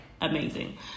amazing